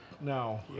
No